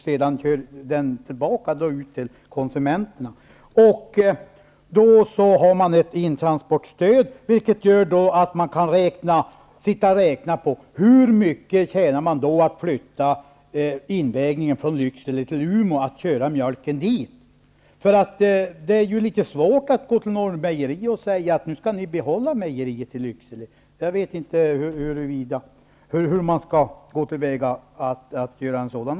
Sedan körs den tillbaka upp till konsumenterna. Det finns ett intransportstöd, vilket gör att man kan räkna på hur mycket man tjänar på att flytta invägningen från Det är svårt att gå till Norrmejerier och säga: Nu skall ni behålla mejeriet i Lycksele. Jag vet inte hur man skall gå till väga.